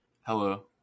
Hello